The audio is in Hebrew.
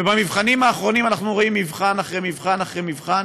ובמבחנים האחרונים אנחנו רואים מבחן אחרי מבחן אחרי מבחן,